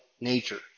nature